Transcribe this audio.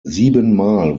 siebenmal